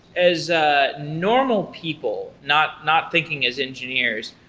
as a normal people, not not thinking as engineers,